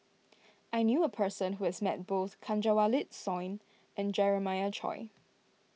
I knew a person who has met both Kanwaljit Soin and Jeremiah Choy